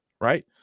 right